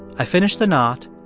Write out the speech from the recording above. i finished the knot.